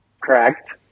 Correct